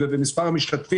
ברפורמות נכונות לטובת המדינה,